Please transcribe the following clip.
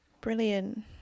Brilliant